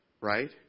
right